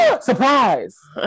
Surprise